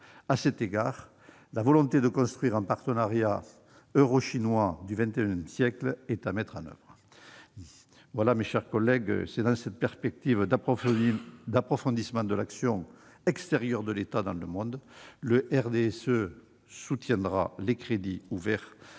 À cet égard, la volonté de construire un partenariat euro-chinois du XXI siècle est à mettre en oeuvre. Mes chers collègues, dans cette perspective d'approfondissement de l'action extérieure de l'État dans le monde, le RDSE soutiendra les crédits ouverts